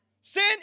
Sin